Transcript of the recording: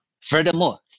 Furthermore